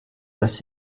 das